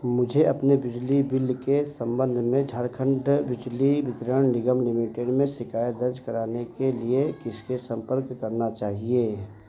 मुझे अपने बिजली बिल के संबंध में झारखंड बिजली वितरण निगम लिमिटेड में शिकायत दर्ज कराने के लिए किसके संपर्क करना चाहिए